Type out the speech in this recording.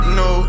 no